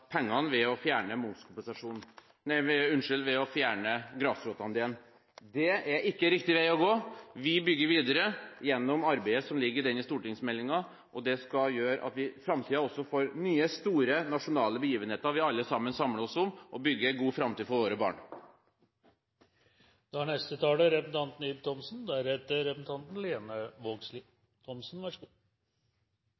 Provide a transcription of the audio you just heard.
pengene ved å fjerne grasrotandelen. Det er ikke riktig vei å gå. Vi bygger videre gjennom arbeidet som ligger i denne stortingsmeldingen, og det skal gjøre at vi i framtiden også får nye, store nasjonale begivenheter vi alle sammen samler oss om, og kan bygge en god framtid for våre